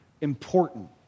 important